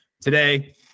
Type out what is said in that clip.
today